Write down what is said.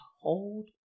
hold